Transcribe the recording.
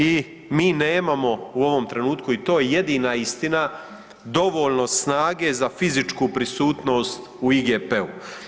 I mi nemamo u ovom trenutku i to je jedina istina dovoljno snage za fizičku prisutnost u IGP-u.